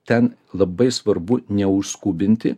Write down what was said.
ten labai svarbu neužskubinti